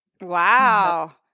Wow